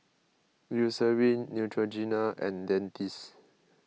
Eucerin Neutrogena and Dentiste